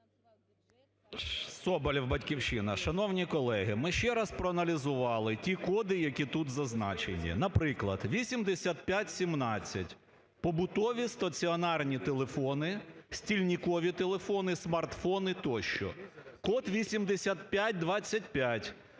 Соболєв, "Батьківщина". Шановні колеги,ю ми ще раз проаналізували ті коди, які тут зазначені. Наприклад, 8517 побутові стаціонарні телефони, стільникові телефони, смартфони тощо. Код 8525.